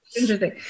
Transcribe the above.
Interesting